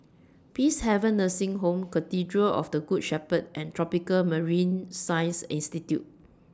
Peacehaven Nursing Home Cathedral of The Good Shepherd and Tropical Marine Science Institute